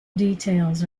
details